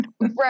right